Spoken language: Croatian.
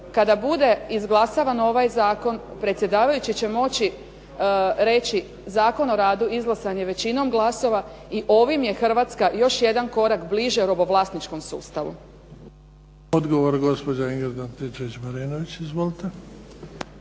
Kada bude izglasavan ovaj Zakon, predsjedavajući će moći reći, Zakon o radu izglasan je većinom glasova i ovim je Hrvatska još jedan korak bliže robovlasničkom sustavu. **Bebić, Luka (HDZ)** Odgovor, gospođa Ingrid Antičević-Marinović.